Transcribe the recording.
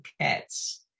cats